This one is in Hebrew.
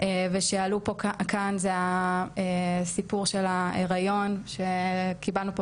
ושעלו כאן זה הסיפור של ההיריון שקיבלנו פה